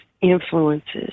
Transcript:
influences